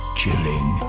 chilling